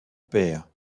père